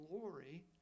glory